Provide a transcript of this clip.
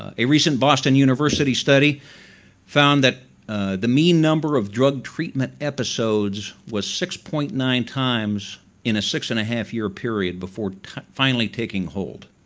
ah a recent boston university study found that the mean number of drug treatment episodes was six point nine times in a six and a half year period before finally taking hold.